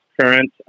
current